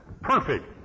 perfect